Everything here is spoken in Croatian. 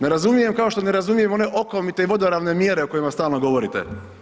Ne razumijem kao što ne razumijem one okomite i vodoravne mjere o kojima stalno govorite.